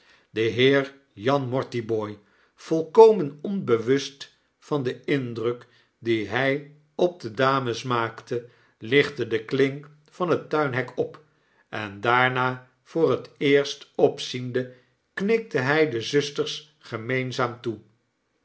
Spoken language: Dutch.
de heer jan mortibooi volkomen onbewust van den indruk dien hij op de dames maakte lichtte de klink van het tuinhek op en daarna voor het eerst opziende knikte hij de zusters gemeenzaam toe